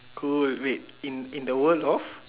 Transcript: cool wait in in the world of